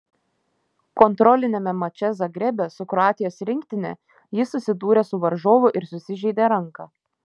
kontroliniame mače zagrebe su kroatijos rinktine jis susidūrė su varžovu ir susižeidė ranką